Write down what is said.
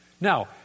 Now